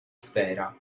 sfera